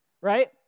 right